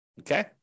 okay